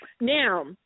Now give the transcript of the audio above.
Now